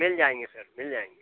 मिल जाएँगे सर मिल जाएँगे